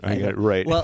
Right